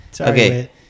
Okay